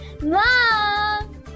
Mom